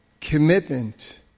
commitment